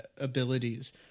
abilities